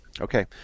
Okay